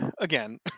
again